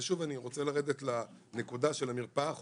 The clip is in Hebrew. ושוב אני רוצה לרדת לנקודה של המרפאה האחודה,